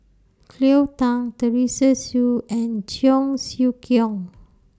Cleo Thang Teresa Hsu and Cheong Siew Keong